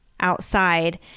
outside